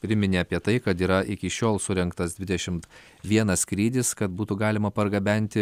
priminė apie tai kad yra iki šiol surengtas dvidešimt vienas skrydis kad būtų galima pargabenti